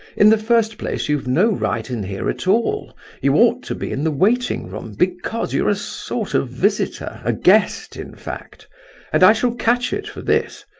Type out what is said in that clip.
in the first place, you've no right in here at all you ought to be in the waiting-room, because you're a sort of visitor a guest, in fact and i shall catch it for this.